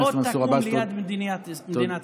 שעוד תקום ליד מדינת ישראל.